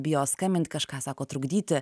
bijo skambint kažką sako trukdyti